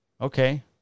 Okay